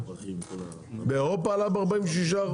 באירופה עלה ב-46%?